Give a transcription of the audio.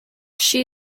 she